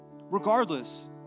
regardless